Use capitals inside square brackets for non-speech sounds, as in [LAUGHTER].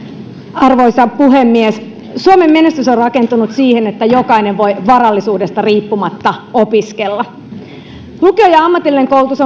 arvoisa puhemies suomen menestys on rakentunut sille että jokainen voi varallisuudesta riippumatta opiskella lukio ja ammatillinen koulutus [UNINTELLIGIBLE]